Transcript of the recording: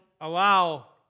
allow